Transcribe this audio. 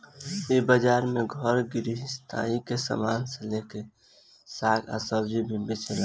इ बाजार में घर गृहस्थी के सामान से लेके साग आ सब्जी भी बेचाला